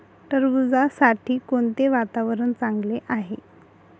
टरबूजासाठी कोणते वातावरण चांगले आहे?